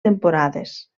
temporades